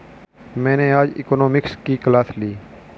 मैंने आज इकोनॉमिक्स की क्लास ली